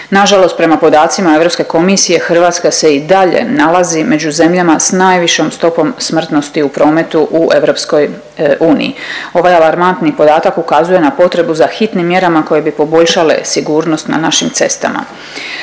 Nažalost prema podacima Europske komisije, Hrvatska se i dalje nalazi među zemljama s najvišom stopom smrtnosti u prometu u Europskoj uniji. Ovaj alarmantni podatak ukazuje na potrebu za hitnim mjerama koje bi poboljšale sigurnost na našim cestama.